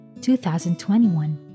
2021